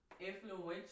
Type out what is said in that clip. influential